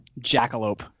Jackalope